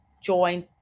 join